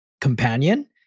companion